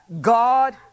God